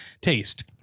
taste